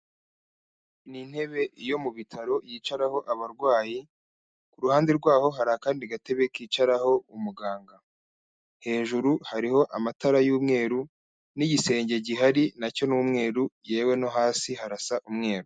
Ni intebe yo mu bitaro yicaraho abarwayi, ku ruhande rwaho hari akandi gatebe kicaraho umuganga, hejuru hariho amatara y'umweru n'igisenge gihari nacyo ni umweru yewe no hasi harasa umweru.